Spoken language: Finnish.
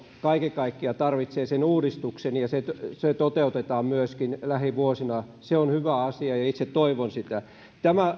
kaiken kaikkiaan tarvitsee sen uudistuksen ja on erittäin hyvä että se toteutetaan myöskin lähivuosina se on hyvä asia ja itse toivon sitä tämä